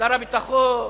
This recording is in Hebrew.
שר הביטחון,